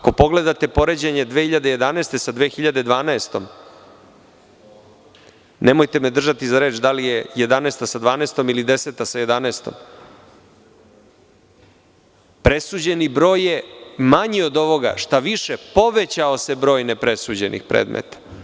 Ako pogledate poređenje 2011. sa 2012. nemojte me držati za reč da li je 2011. sa 2012. ili 2010. sa 2011. presuđeni broj je manji od ovoga, šta više povećao se broj nepresuđenih predmeta.